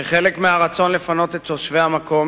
כחלק מהרצון לפנות את תושבי המקום,